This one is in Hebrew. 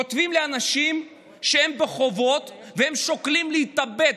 כותבים לי אנשים שהם בחובות והם שוקלים להתאבד.